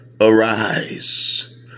arise